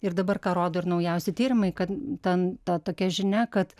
ir dabar ką rodo ir naujausi tyrimai kad ten ta tokia žinia kad